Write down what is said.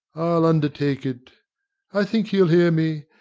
i'll undertake't i think he'll hear me.